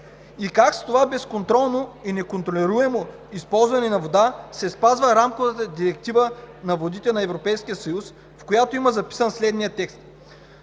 Как с това безконтролно и неконтролируемо използване на вода се спазва Рамковата директива на водите на Европейския съюз, в която е записан следният текст: